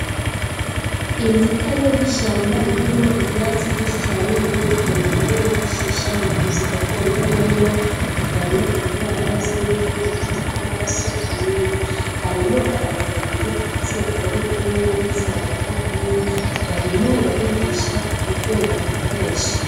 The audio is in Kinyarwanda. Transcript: Inzitane ry'ishyamba ririmo ibyatsi byinshi cyane bigiye bitandukanye bifashisha mu buvuzi gakondo, barimo kurwanya indwara z'uruhu, umuvuduko w'amaraso, amibe. Harimo abantu babiri; igitsina gore, umwe n'igitsina gabo, umwe barimo barigisha uburyo bayikoresha.